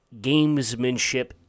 gamesmanship